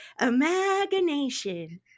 imagination